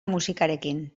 musikarekin